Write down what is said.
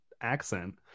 accent